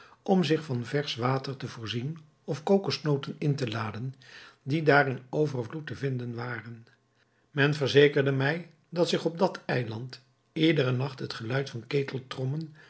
om zich van versch water te voorzien of kokosnoten in te laden die daar in overvloed te vinden waren men verzekerde mij dat zich op dat eiland iederen nacht het geluid van